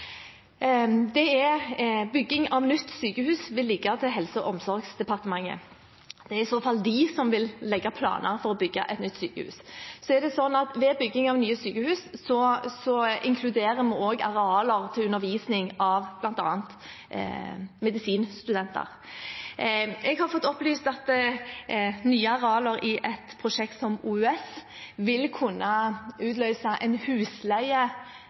Bygging av nytt sykehus vil ligge til Helse- og omsorgsdepartementet. Det er i så fall de som vil legge planer for å bygge et nytt sykehus. Ved bygging av nye sykehus inkluderer vi også arealer til undervisning av bl.a. medisinstudenter. Jeg har fått opplyst at nye arealer i et prosjekt som OUS vil kunne utløse en